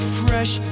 fresh